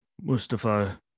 Mustafa